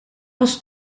was